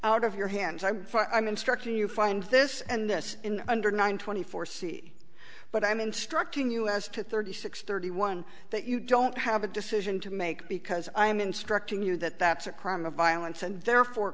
out of your hands i'm i'm instructing you find this and this in under nine twenty four c but i'm instructing us to thirty six thirty one that you don't have a decision to make because i am instructing you that that's a crime of violence and therefore